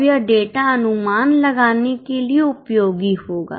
अब यह डेटा अनुमान लगाने के लिए उपयोगी होगा